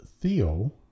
Theo